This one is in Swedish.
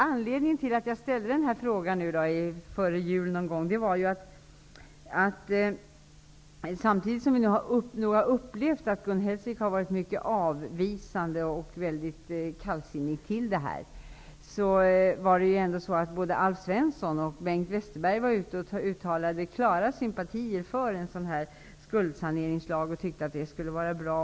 Anledningen till att jag ställde min fråga före jul är att samtidigt som vi har fått uppleva att Gun Hellsvik har varit mycket avvisande och kallsinnig uttalade både Alf Svensson och Bengt Westerberg klara sympatier för en skuldsaneringslag och tyckte att det skulle vara bra.